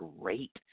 great